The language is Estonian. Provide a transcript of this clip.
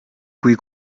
kui